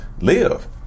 live